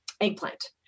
eggplant